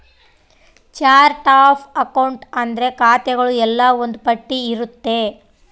chart of account ಅಂದ್ರೆ ಖಾತೆಗಳು ಎಲ್ಲ ಒಂದ್ ಪಟ್ಟಿ ಇರುತ್ತೆ